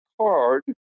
card